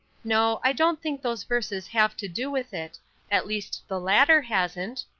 no, i don't think those verses have to do with it at least the latter hasn't.